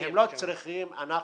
לא צריך את המינהלת.